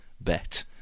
bet